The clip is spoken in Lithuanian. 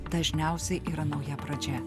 dažniausiai yra nauja pradžia